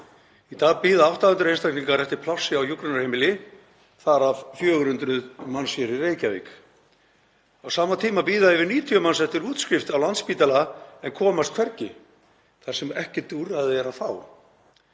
Í dag bíða 800 einstaklingar eftir plássi á hjúkrunarheimili, þar af 400 manns hér í Reykjavík. Á sama tíma bíða yfir 90 manns eftir útskrift á Landspítala en komast hvergi þar sem ekkert úrræði er að fá.